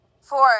Four